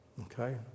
Okay